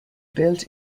built